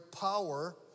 power